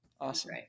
Awesome